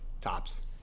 tops